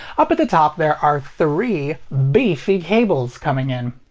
up at the top there are three beefy cables coming in.